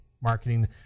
marketing